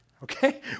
Okay